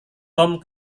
tom